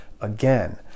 again